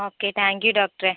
ഒക്കെ താങ്ക്യൂ ഡോക്ടറേ